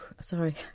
sorry